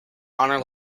honor